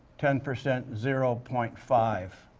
ten percent, zero point five.